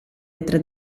anche